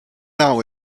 now